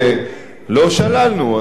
לא שללנו.